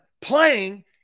playing